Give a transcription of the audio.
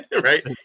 right